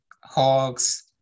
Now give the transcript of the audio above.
hogs